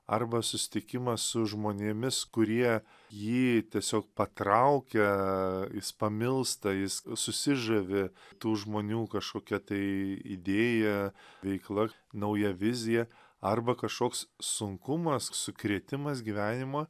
arba susitikimas su žmonėmis kurie jį tiesiog patraukia jis pamilsta jis susižavi tų žmonių kašokia tai idėja veikla nauja vizija arba kašoks sunkumas sukrėtimas gyvenimo